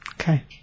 Okay